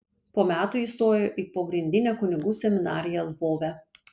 po metų įstojo į pogrindinę kunigų seminariją lvove